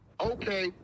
Okay